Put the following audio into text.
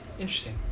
Interesting